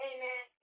Amen